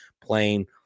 playing